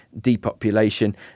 depopulation